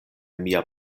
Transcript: mia